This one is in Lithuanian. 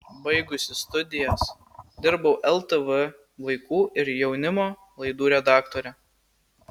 baigusi studijas dirbau ltv vaikų ir jaunimo laidų redaktore